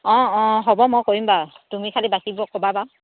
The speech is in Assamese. অঁ অঁ হ'ব মই কৰিম বাৰু তুমি খালী বাকীবোৰক ক'বা বাৰু